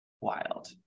wild